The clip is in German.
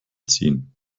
ziehen